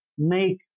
make